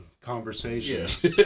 conversations